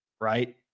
right